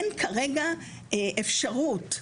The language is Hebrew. אין כרגע אפשרות,